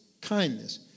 kindness